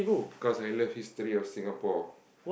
cause I love history of Singapore